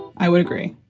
i would agree.